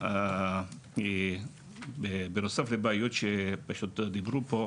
בנוסף לבעיות שהועלו כאן,